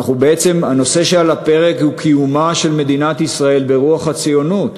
הנושא שעל הפרק הוא קיומה של מדינת ישראל ברוח הציונות.